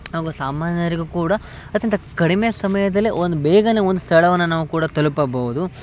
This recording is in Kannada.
ಹಾಗೂ ಸಾಮಾನ್ಯರಿಗೂ ಕೂಡ ಅತ್ಯಂತ ಕಡಿಮೆ ಸಮಯದಲ್ಲೇ ಒಂದು ಬೇಗನೆ ಒಂದು ಸ್ಥಳವನ್ನು ನಾವು ಕೂಡ ತಲುಪಬಹುದು